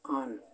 on